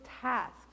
tasks